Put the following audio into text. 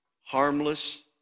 harmless